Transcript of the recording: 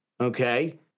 Okay